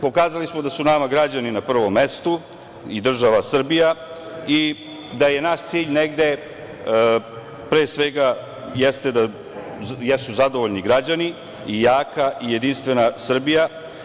Pokazali smo da su nama građani na prvom mestu i država Srbija i da je naš cilj, pre svega, zadovoljni građani i jaka i jedinstvena Srbija.